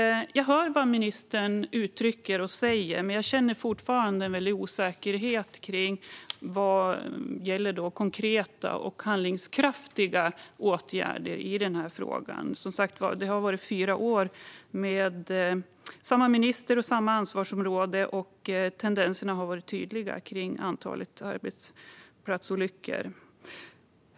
Jag hör vad ministern säger, men jag känner fortfarande väldig osäkerhet vad gäller konkreta och slagkraftiga åtgärder i frågan. Vi har som sagt haft fyra år med samma minister och samma ansvarsområde, och tendenserna har varit tydliga i fråga om antalet arbetsplatsolyckor.